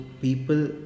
people